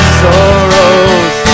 sorrows